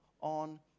on